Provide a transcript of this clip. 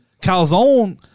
Calzone